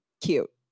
cute